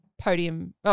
podium